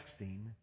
texting